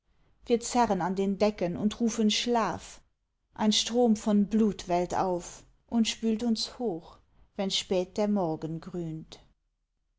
wir zerren an den decken und rufen schlaf ein strom von blut wellt auf und spült uns hoch wenn spät der morgen grünt